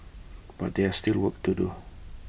but there still work to do